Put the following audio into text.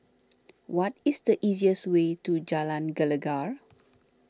what is the easiest way to Jalan Gelegar